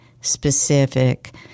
specific